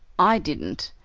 i didn't,